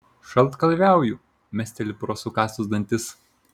šaltkalviauju mesteli pro sukąstus dantis